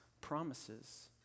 promises